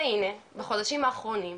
והנה, בחודשים האחרונים,